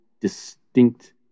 distinct